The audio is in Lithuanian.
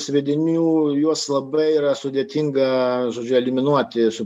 sviedinių juos labai yra sudėtinga žodžiu eliminuoti su